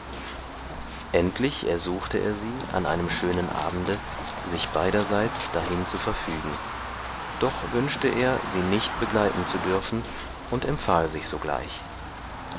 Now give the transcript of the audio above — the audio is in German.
endlich ersuchte er sie an einem schönen abende sich beiderseits dahin zu verfügen doch wünschte er sie nicht begleiten zu dürfen und empfahl sich sogleich